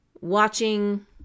watching